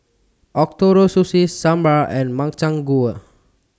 Ootoro Sushi Sambar and Makchang Gui